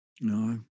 no